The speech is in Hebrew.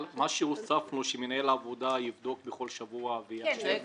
אבל מה שהוספנו שמנהל העבודה יבדוק בכל שבוע ויאשר.